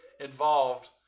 involved